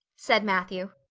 said matthew,